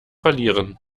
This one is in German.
verlieren